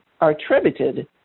attributed